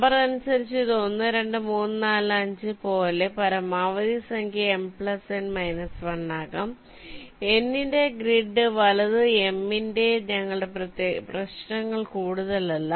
number അനുസരിച്ച് ഇത് 1 2 3 4 5 പോലെ പരമാവധി സംഖ്യ M N − 1 ആകാം N ന്റെ ഗ്രിഡ് വലത് M ന്റെ ഞങ്ങളുടെ പ്രശ്നത്തേക്കാൾ കൂടുതലല്ല